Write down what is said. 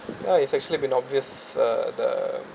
ya it's actually been obvious uh the